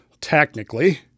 Technically